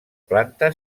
planta